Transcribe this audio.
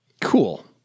Cool